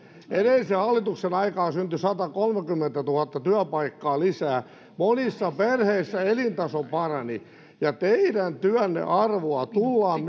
edellisen hallituksen aikaan syntyi satakolmekymmentätuhatta työpaikkaa lisää monissa perheissä elintaso parani teidän työnne arvoa tullaan